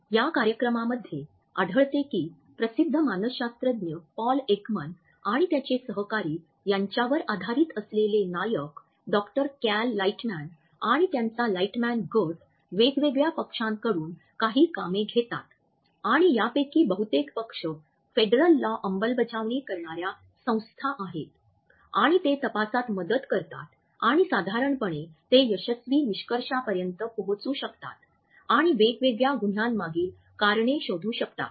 या कार्यक्रमामध्ये आढळते की प्रसिद्ध मानसशास्त्रज्ञ पॉल एकमॅन आणि त्याचे सहकारी यांच्यावर आधारित असलेले नायक डॉक्टर कॅल लाइटमॅन आणि त्यांचा लाइटमॅन गट वेगवेगळ्या पक्षांकडून काही कामे घेतात आणि यापैकी बहुतेक पक्ष फेडरल लॉ अंमलबजावणी करणार्या संस्थां आहेत आणि ते तपासात मदत करतात आणि साधारणपणे ते यशस्वी निष्कर्षापर्यंत पोहोचू शकतात आणि वेगवेगळ्या गुन्ह्यांमागील कारणे शोधू शकतात